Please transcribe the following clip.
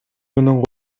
менен